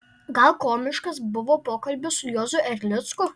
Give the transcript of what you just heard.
gal komiškas buvo pokalbis su juozu erlicku